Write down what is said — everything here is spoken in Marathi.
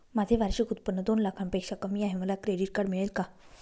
माझे वार्षिक उत्त्पन्न दोन लाखांपेक्षा कमी आहे, मला क्रेडिट कार्ड मिळेल का?